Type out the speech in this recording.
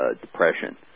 depression